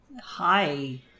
Hi